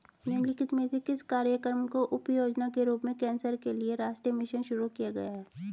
निम्नलिखित में से किस कार्यक्रम को उपयोजना के रूप में कैंसर के लिए राष्ट्रीय मिशन शुरू किया गया है?